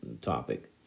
topic